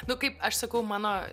nu kaip aš sakau mano